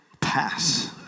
Pass